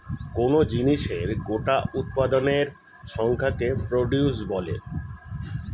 কোন জিনিসের গোটা উৎপাদনের সংখ্যাকে প্রডিউস বলে